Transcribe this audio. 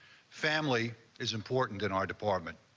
family is important in our department.